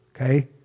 Okay